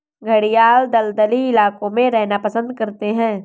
घड़ियाल दलदली इलाकों में रहना पसंद करते हैं